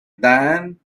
than